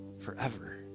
forever